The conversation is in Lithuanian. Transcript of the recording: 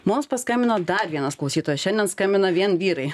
mums paskambino dar vienas klausytojas šiandien skambina vien vyrai